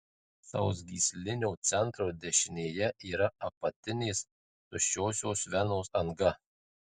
sausgyslinio centro dešinėje yra apatinės tuščiosios venos anga